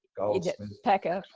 goldsmith packer.